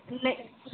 ਨਹੀਂ